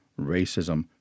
racism